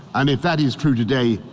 and if that is true today,